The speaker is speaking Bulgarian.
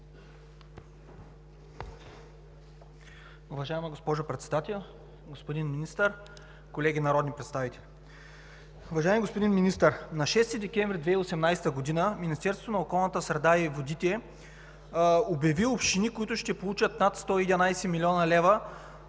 Уважаема госпожо Председател, господин Министър, колеги народни представители! Уважаеми господин Министър, на 6 декември 2018 г. Министерството на околната среда и водите обяви общини, които ще получат над 111 млн. лв.